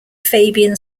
fabian